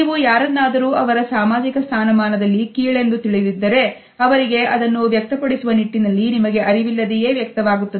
ನೀವು ಯಾರನ್ನಾದರೂ ಅವರ ಸಾಮಾಜಿಕ ಸ್ಥಾನಮಾನದಲ್ಲಿ ಕೀಳೆಂದು ತಿಳಿದ್ದರೆ ಅವರಿಗೆ ಅದನ್ನು ವ್ಯಕ್ತಪಡಿಸುವ ನಿಟ್ಟಿನಲ್ಲಿ ನಿಮಗೆ ಅರಿವಿಲ್ಲದೆಯೇ ವ್ಯಕ್ತವಾಗುತ್ತದೆ